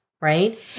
Right